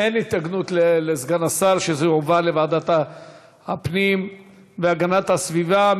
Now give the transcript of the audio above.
אין התנגדות של סגן השר שזה יובא לוועדת הפנים והגנת הסביבה.